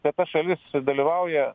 kad ta šalis dalyvauja